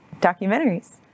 documentaries